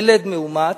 ילד מאומץ,